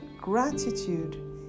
gratitude